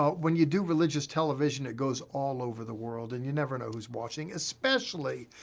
ah when you do religious television, it goes all over the world, and you never know who's watching. especially,